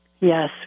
Yes